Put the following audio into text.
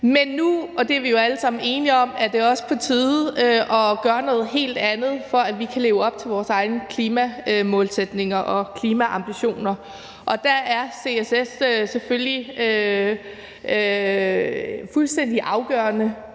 Men nu – og det er vi jo alle sammen enige om – er det også på tide at gøre noget helt andet, for at vi kan leve op til vores egne klimamålsætninger og klimaambitioner, og der er CCS selvfølgelig fuldstændig afgørende.